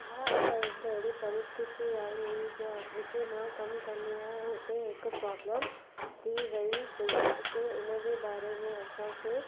हा साईं हिक अहिड़ी परिस्थिती आई हुई ज जिते मां कम कंदी आहियां हुते हिक पोब्लम थी वई हुई हुते हुन जे बारे में असांखे